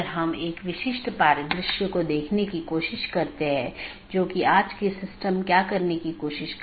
अगर हम पिछले व्याख्यान या उससे पिछले व्याख्यान में देखें तो हमने चर्चा की थी